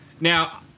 Now